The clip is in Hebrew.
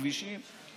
כבישים.